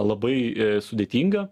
labai sudėtinga